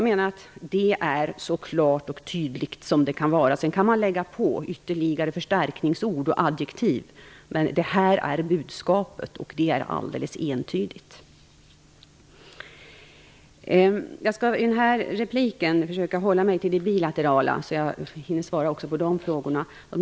Detta är så klart och tydligt som det kan vara. Sedan kan man lägga till ytterligare förstärkningsord och adjektiv, men detta är budskapet, och det är alldeles entydigt. I den här repliken skall jag försöka hålla mig till det bilaterala, så att jag hinner svara på frågorna om det.